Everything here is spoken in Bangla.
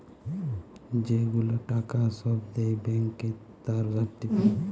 যে গুলা টাকা সব দেয় ব্যাংকে তার সার্টিফিকেট